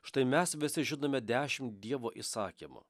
štai mes visi žinome dešimt dievo įsakymų